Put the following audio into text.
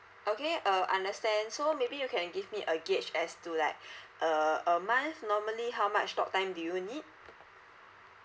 okay uh understand so maybe you can give me a gauge as to like uh a month normally how much talktime do you need